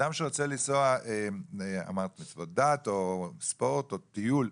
אדם שרוצה לנסוע מסיבות דת או ספורט או טיול,